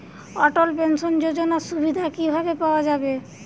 অটল pension যোজনার সুবিধা কি ভাবে পাওয়া যাবে?